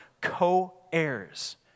co-heirs